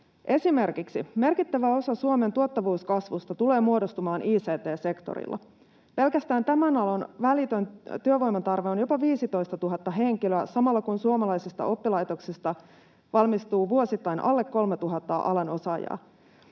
Esimerkiksi merkittävä osa Suomen tuottavuuskasvusta tulee muodostumaan ict-sektorilla. Pelkästään tämän alan välitön työvoiman tarve on jopa 15 000 henkilöä samalla, kun suomalaisista oppilaitoksista valmistuu vuosittain alle 3 000 alan osaajaa.